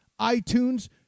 iTunes